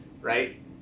right